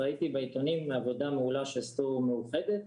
ראיתי בעיתונים עבודה מעולה שעשו המאוחדת,